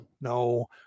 no